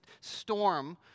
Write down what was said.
storm